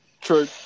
True